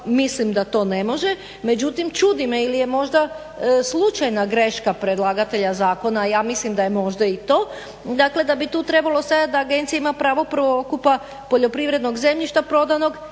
Mislim da to ne može, međutim čudi me ili je možda slučajna greška predlagatelja zakona, a ja mislim da je možda i to. Dakle, da bi tu trebalo stajat da agencija ima pravo prvokupa poljoprivrednog zemljišta prodanog